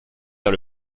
vers